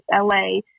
LA